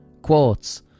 quotes